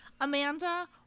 Amanda